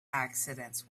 accidents